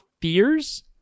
fears